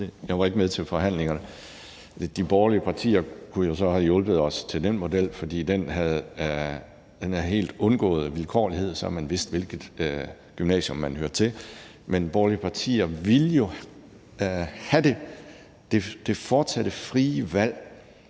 jeg var ikke med til forhandlingerne. De borgerlige partier kunne jo så have hjulpet os til den model, for den havde helt undgået vilkårlighed, så man vidste, hvilket gymnasium man hører til. Men de borgerlige partier ville jo have det fortsatte frie valg,